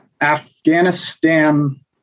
Afghanistan